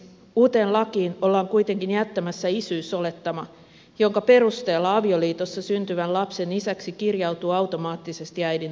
uuteen lakiin ollaan kuitenkin jättämässä isyysolettama jonka perusteella avioliitossa syntyvän lapsen isäksi kirjautuu automaattisesti äidin aviomies